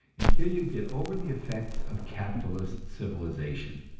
until you get over the effects of capitalist civilization.